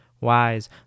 wise